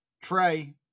Trey